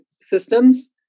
systems